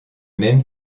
même